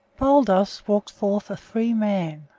baldos walked forth a free man,